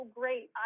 great